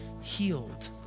healed